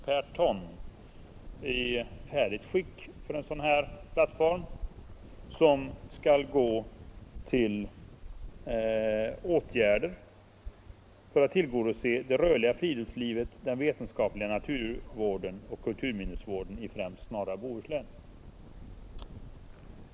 per ton i färdigt skick för en sådan här plattform. Pengarna skall användas till åtgärder för att tillgodose det rörliga friluftslivet, den vetenskapliga naturvården och kulturminnesvården i främst norra Bohuslän.